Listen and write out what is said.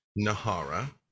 Nahara